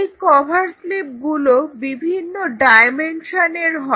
এই cover slip গুলো বিভিন্ন ডায়মেনশনের হয়